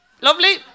lovely